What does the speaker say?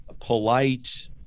polite